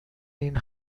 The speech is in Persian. این